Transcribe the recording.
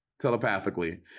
telepathically